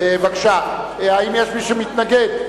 האם יש מי שמתנגד?